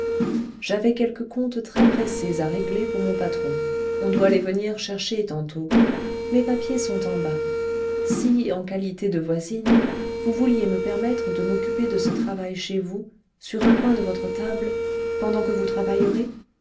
j'avais quelques comptes très pressés à régler pour mon patron on doit les venir chercher tantôt mes papiers sont en bas si en qualité de voisine vous vouliez me permettre de m'occuper de ce travail chez vous sur un coin de votre table pendant que vous travaillerez